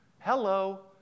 Hello